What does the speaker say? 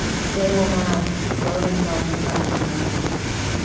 they will not throw themselves in front of microphones yeah.